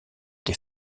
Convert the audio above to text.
des